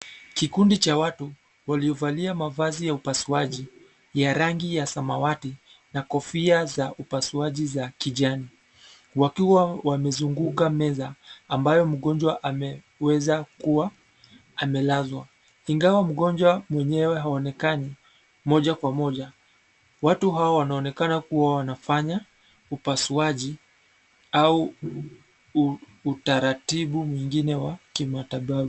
Kikundi cha watu, waliovalia mavazi ya upasuaji, ya rangi ya samawati, na kofia za upasuaji za kijani, wakiwa wamezunguka meza, ambayo mgonjwa ameweza kuwa. amelazwa, ingawa mgonjwa mwenyewe haonekani, moja kwa moja, watu hawa wanaonekana kuwa wanafanya, upasuaji, au, utaratibu mwingine wa kimatibabu.